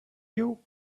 you